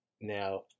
Now